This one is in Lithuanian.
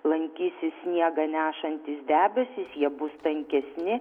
lankysis sniegą nešantys debesys jie bus tankesni